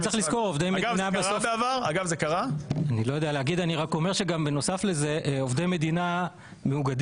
אגב, את יודעת שעשרות או מאות אנשים שעושים